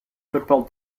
football